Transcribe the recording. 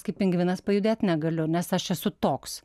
kaip pingvinas pajudėt negaliu nes aš esu toks